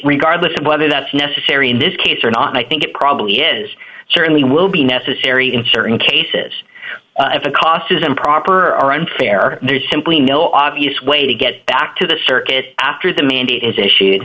regardless of whether that's necessary in this case or not i think it probably is certainly will be necessary in certain cases if a cost is improper or unfair there's simply no obvious way to get back to the circuit after the mandate is issued